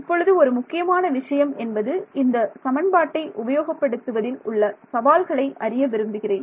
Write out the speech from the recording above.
இப்பொழுது ஒரு முக்கியமான விஷயம் என்பது இந்த சமன்பாட்டை உபயோகப் படுத்துவதில் உள்ள சவால்களை அறிய விரும்புகிறேன்